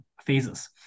phases